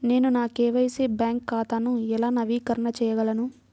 నేను నా KYC bank ఖాతాను ఎలా నవీకరణ చేయగలను?